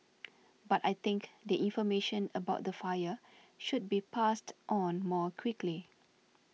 but I think the information about the fire should be passed on more quickly